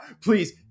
Please